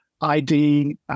ID